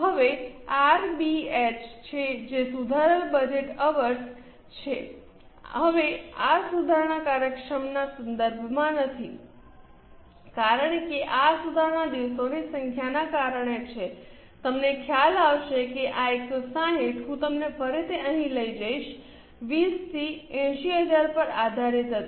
હવે આરબીએચ છે જે સુધારેલ બજેટ અવર્સ છે હવે આ સુધારણા કાર્યક્ષમતાના સંદર્ભમાં નથી કારણ કે આ સુધારણા દિવસોની સંખ્યાના કારણે છે તમને ખ્યાલ આવશે કે આ 160 હું તમને ફરીથી અહીં લઈ જઈશ 20 થી 80000 પર આધારિત હતું